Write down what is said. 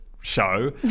show